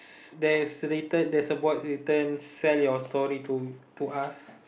there's written there's a board written sell your story to to us